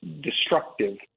destructive